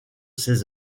ses